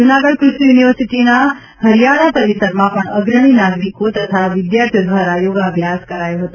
જૂનાગઢ કૃષિ યુનિવર્સિટીના હરિયાળા પરિસરમાં પણ અગ્રણી નાગરિકો તથા વિદ્યાર્થીઓ દ્વારા યોગાભ્યાસ કરાયો હતો